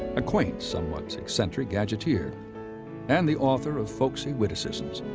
a quaint, somewhat eccentric gadgeteer and the author of folksy witticisms.